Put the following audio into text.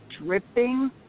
dripping